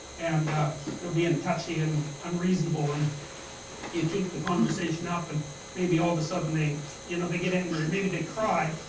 and they're being touchy and unreasonable and you keep the conversation up. and maybe all of the sudden they you know they get angry, or maybe they cry.